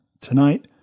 Tonight